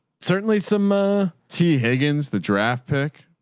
certainly some a t higgins, the draft pick